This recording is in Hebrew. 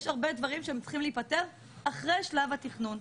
יש הרבה דברים שצריכים להיפתר אחרי שלב התכנון,